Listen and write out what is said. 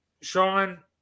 Sean